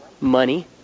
money